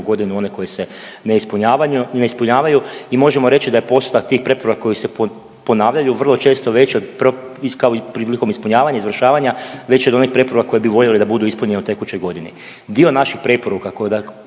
godinu one koji se ne ispunjavaju i možemo reći da je postotak tih preporuka koje se ponavljaju vrlo često veći isto kao prilikom ispunjavanja i izvršavanja veći od onih preporuka koje bi voljeli da budu ispunjene u tekućoj godini. Dio naših preporuka, posebno